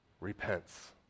repents